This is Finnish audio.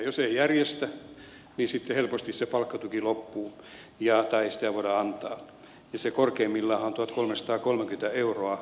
jos ei järjestä niin sitten helposti se palkkatuki loppuu tai sitä ei voida antaa